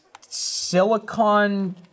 silicon